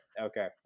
Okay